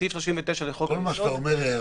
סעיף 39 לחוק --- על כל מה שאתה אומר הארכנו,